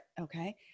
okay